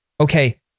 okay